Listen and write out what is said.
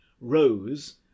rose